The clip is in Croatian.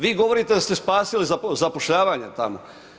Vi govorite da ste spasili zapošljavanje tamo.